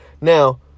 now